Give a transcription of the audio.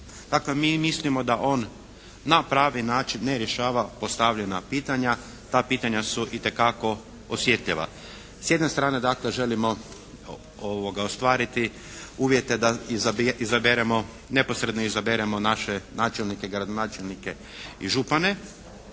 Dakle, mi mislimo da on na pravi način ne rješava postavljena pitanja, ta pitanja su itekako osjetljiva. S jedne strane dakle želimo ostvariti uvjete da neposredno izaberemo naše načelnike, gradonačelnike i župane,